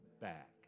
back